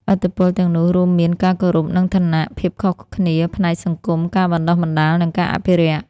ឥទ្ធិពលទាំងនោះរួមមាន ការគោរព និងឋានៈ ភាពខុសគ្នាផ្នែកសង្គម ការបណ្តុះបណ្តាល និងការអភិរក្ស។